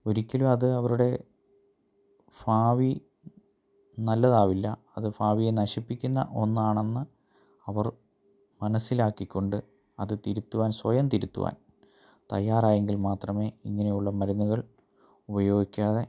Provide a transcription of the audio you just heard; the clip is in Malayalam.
ഒരിക്കലും അത് അവരുടെ ഭാവി നല്ലതാവില്ല അത് ഭാവിയെ നശിപ്പിക്കുന്ന ഒന്നാണെന്ന് അവർ മനസ്സിലാക്കി കൊണ്ട് അത് തിരുത്തുവാൻ സ്വയം തിരുത്തുവാൻ തയ്യാറായെങ്കിൽ മാത്രമേ ഇങ്ങനെയുള്ള മരുന്നുകൾ ഉപയോഗിക്കാതെ